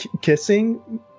kissing